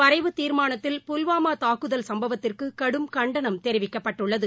வரைவுத் தீர்மானத்தில் புல்வாமா தாக்குதல் சம்பவத்திற்கு கடும் கண்டனம் இந்த தெரிவிக்கப்பட்டுள்ளது